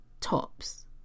tops